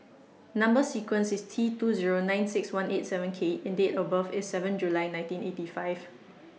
Number sequence IS T two Zero nine six one eight seven K and Date of birth IS seven July nineteen eighty five